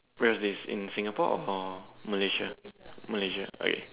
where is this in Singapore of or Malaysia Malaysia okay